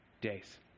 days